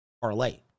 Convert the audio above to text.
Parlay